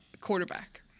quarterback